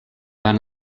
van